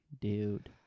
dude